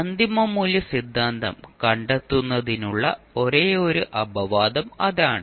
അന്തിമ മൂല്യ സിദ്ധാന്തം കണ്ടെത്തുന്നതിനുള്ള ഒരേയൊരു അപവാദം അതാണ്